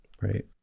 Right